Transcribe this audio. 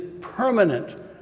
permanent